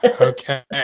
okay